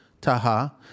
taha